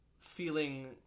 feeling